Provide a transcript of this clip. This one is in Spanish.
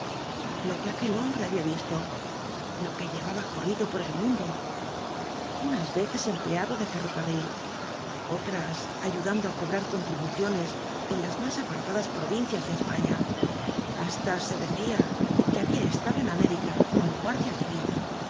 que aquel hombre había visto lo que lle vaba corrido por el mundo unas veces em pleado de ferrocarril otras ayudando á cobrar contribuciones en las más apartadas provincias de españa hasta se decía que había estado en américa como guardia civil